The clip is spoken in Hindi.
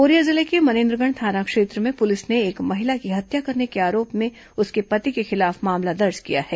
कोरिया जिले के मनेन्द्रगढ़ थाना क्षेत्र में पुलिस ने एक महिला की हत्या करने के आरोप में उसके पति के खिलाफ मामला दर्ज किया है